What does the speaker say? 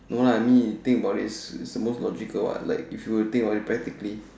no lah I mean think about it's the most logical what I like if you were think about it practically